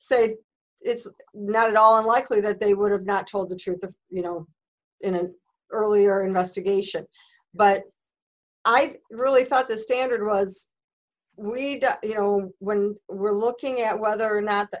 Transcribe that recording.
say it's not at all unlikely that they would have not told the truth of you know in an earlier investigation but i really thought the standard was we you know when we're looking at whether or not